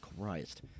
Christ